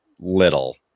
little